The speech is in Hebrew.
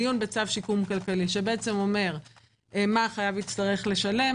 הדיון בצו שיקום כלכלי שאומר מה החייב יצטרך לשלם,